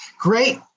Great